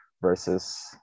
versus